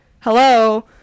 hello